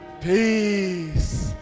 Peace